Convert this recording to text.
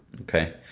Okay